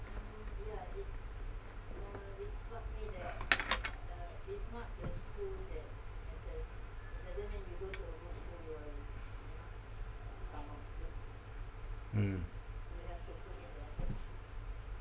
mm